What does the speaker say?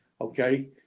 Okay